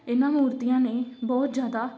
ਇਹਨਾਂ ਮੂਰਤੀਆਂ ਨੇ ਬਹੁਤ ਜ਼ਿਆਦਾ